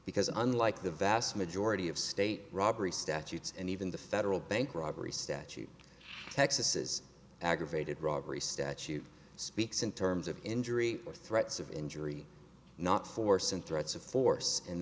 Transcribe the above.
because unlike the vast majority of state robbery statutes and even the federal bank robbery statute texas aggravated robbery statute speaks in terms of injury or threats of injury not force and threats of force and